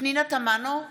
פנינה תמנו,